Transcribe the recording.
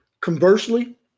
Conversely